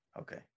Okay